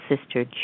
Sister